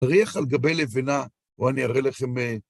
אריח על גבי לבנה, ואני אראה לכם...